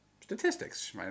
statistics